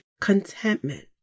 contentment